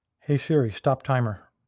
hey, siri. stop timer.